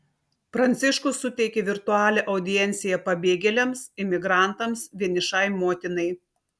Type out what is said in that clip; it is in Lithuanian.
pranciškus suteikė virtualią audienciją pabėgėliams imigrantams vienišai motinai